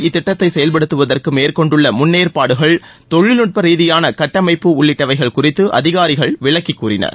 இத்திட்டத்தை செயல்படுத்துவதற்கு மேற்கொண்டுள்ள முன்னேற்பாடுகள் மாநிலங்கள் தொழில்நுட்ப ரீதியான கட்டமைப்பு உள்ளிட்டவைகள் குறித்து அதிகாரிகள் விளக்கிக்கூறினர்